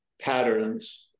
patterns